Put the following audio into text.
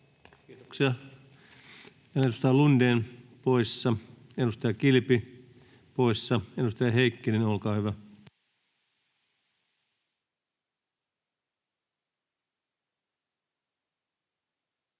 Kiitoksia. — Edustaja Lundén poissa, edustaja Kilpi poissa. — Edustaja Heikkinen, olkaa hyvä.